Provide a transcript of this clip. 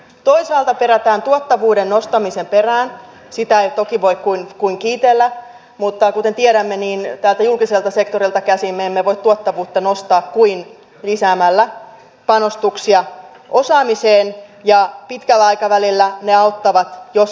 toisaalta perätään tuottavuuden nostamisen perään sitä ei toki voi kuin kiitellä mutta kuten tiedämme täältä julkiselta sektorilta käsin me emme voi tuottavuutta nostaa kuin lisäämällä panostuksia osaamiseen ja pitkällä aikavälillä ne auttavat jos auttavat